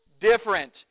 different